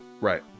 right